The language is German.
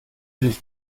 dich